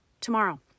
Tomorrow